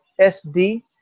SD